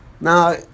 Now